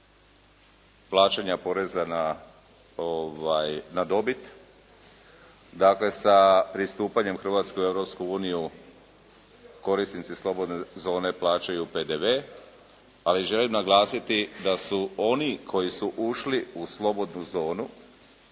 plaćanja poreza na dobit. Dakle, sa pristupanjem Hrvatske u Europsku uniju korisnici slobodne zone plaćaju PDV. Ali želim naglasiti da su oni koji su ušli u slobodnu zonu,